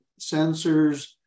sensors